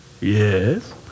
Yes